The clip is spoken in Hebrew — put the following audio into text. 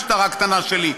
משטרה קטנה שלי,